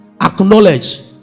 acknowledge